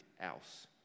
else